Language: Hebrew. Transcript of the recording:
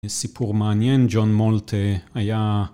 יש סיפור מעניין, ג'ון מולטה, אהיה